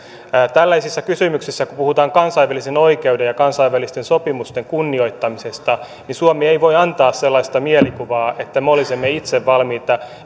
tällaisissa kysymyksissä kun puhutaan kansainvälisen oikeuden ja kansainvälisten sopimusten kunnioittamisesta suomi ei voi antaa sellaista mielikuvaa että me olisimme itse valmiita